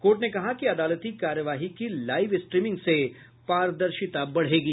court ने कहा कि अदालती कार्यवाही की लाइव स्ट्रीमिंग से पारदर्शिता बढ़ेगी